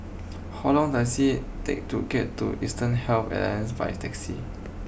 how long does it take to get to Eastern Health Alliance by taxi